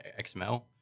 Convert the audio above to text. XML